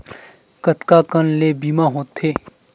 कतका कन ले बीमा होथे?